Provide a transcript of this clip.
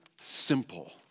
simple